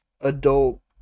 Adult